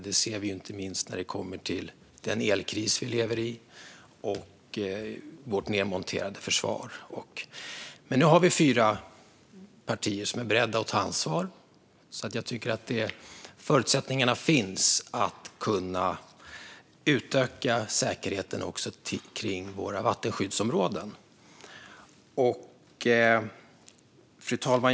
Det ser vi inte minst när det gäller elkrisen och vårt nedmonterade försvar. Men nu har vi fyra partier som är beredda att ta ansvar, så jag tycker att förutsättningarna finns att utöka säkerheten också kring våra vattenskyddsområden. Fru talman!